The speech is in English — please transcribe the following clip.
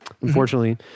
Unfortunately